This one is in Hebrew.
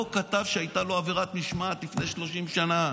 לא כתב שהייתה לו עבירת משמעת לפני 30 שנה.